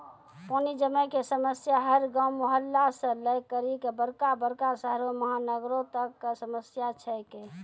पानी जमै कॅ समस्या हर गांव, मुहल्ला सॅ लै करिकॅ बड़का बड़का शहरो महानगरों तक कॅ समस्या छै के